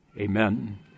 amen